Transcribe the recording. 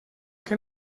que